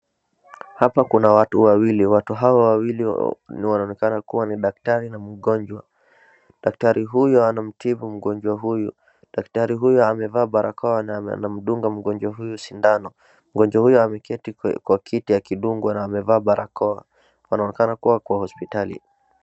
Hapa kuna watu wawili. Watu hawa wawili wanaonekana kuwa ni daktari na mgonjwa. Daktari huyo anamtibu mgonjwa huyu. Daktari huyu amevaa barakoa na anamdunga mgonjwa huyu sindano. Mgonjwa huyu ameketi kwa kiti akidungwa na amevaa barakoa, wanaonekana kuwa kwa hospitali.